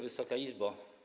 Wysoka Izbo!